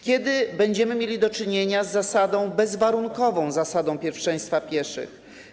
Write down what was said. Kiedy będziemy mieli do czynienia z bezwarunkową zasadą pierwszeństwa pieszych?